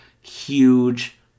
huge